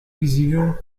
visível